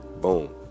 boom